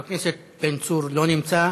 חבר הכנסת בן צור, לא נמצא.